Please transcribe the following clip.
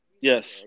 Yes